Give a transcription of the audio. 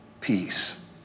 peace